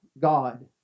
God